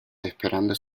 esperando